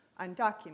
undocumented